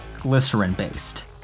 glycerin-based